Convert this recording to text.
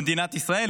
במדינת ישראל.